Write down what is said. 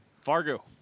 Fargo